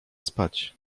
spać